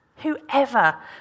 Whoever